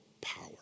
power